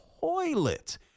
toilet